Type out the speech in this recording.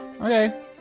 Okay